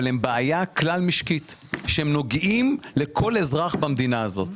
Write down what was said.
הם בעיה כלל משקית שנוגעים לכל אזרח במדינה הזאת.